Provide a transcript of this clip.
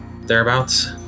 thereabouts